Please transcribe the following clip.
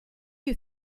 you